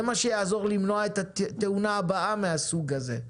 זה מה שיעזור למנוע את התאונה הבאה מהסוג הזה.